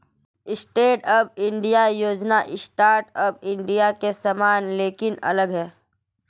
stand up India योजना startup India के समान लेकिन अलग है